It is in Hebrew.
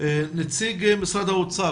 נציג משרד האוצר.